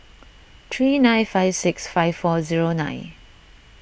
three nine five six five four zero nine